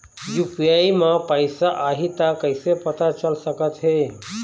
UPI म पैसा आही त कइसे पता चल सकत हे?